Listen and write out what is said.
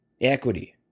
equity